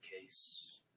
case